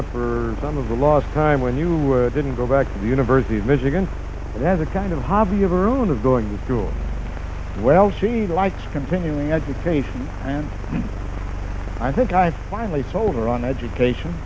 up for some of the lost time when you were didn't go back to the university of michigan as a kind of hobby of her own of going to school well she likes continuing education and i think i finally sold her on education